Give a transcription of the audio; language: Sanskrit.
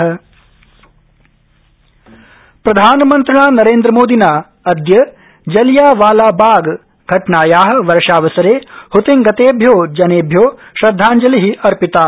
जलियांवाला बाग घटना प्रधानमन्त्रिणा नरेन्द्रमोदिना अदय जलियांवाला बाग घटनाया वर्षावसरे हतिंगतेभ्यो जनेभ्यो श्रदधांजलि अर्पिता